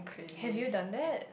have you done that